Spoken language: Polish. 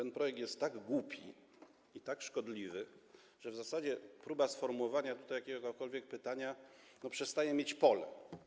Ten projekt jest tak głupi i tak szkodliwy, że w zasadzie próba sformułowania tutaj jakiegokolwiek pytania przestaje mieć pole.